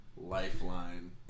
lifeline